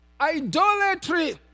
Idolatry